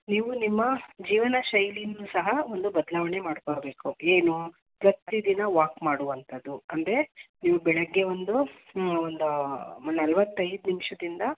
ನೀವು ನಿಮ್ಮ ಜೀವನ ಶೈಲಿಯೂ ಸಹ ಒಂದು ಬದಲಾವಣೆ ಮಾಡಿಕೊಳ್ಬೇಕು ಏನು ಪ್ರತಿ ದಿನ ವಾಕ್ ಮಾಡುವಂಥದ್ದು ಅಂದರೆ ನೀವು ಬೆಳಿಗ್ಗೆ ಒಂದು ಒಂದು ನಲವತ್ತೈದು ನಿಮಿಷದಿಂದ